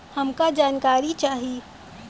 हमका जानकारी चाही?